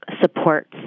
supports